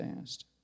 asked